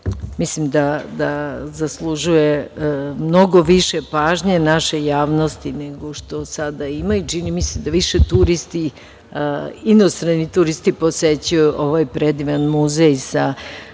mislim da zaslužuje mnogo više pažnje naše javnosti nego što sada ima. Čini mi se da više turisti inostrani posećuju ovaj predivan muzej sa